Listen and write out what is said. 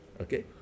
okay